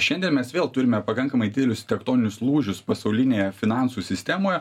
šiandien mes vėl turime pakankamai didelius tektoninius lūžius pasaulinėje finansų sistemoje